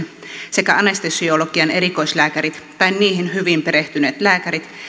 sekä anestesiologian erikoislääkäri tai niihin hyvin perehtyneet lääkärit